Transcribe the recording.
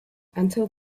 until